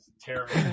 terrible